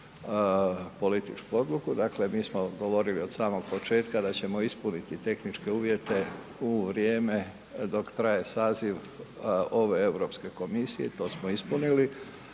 političku odluku, dakle mi smo govorili od samog početka da ćemo ispuniti tehničke uvjete u vrijeme dok traje saziv ove Europske komisije i to smo ispunili